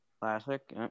Classic